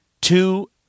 Two